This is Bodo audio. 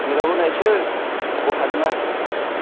मिलाव होनायसो गथा नङा